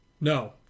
no